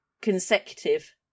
consecutive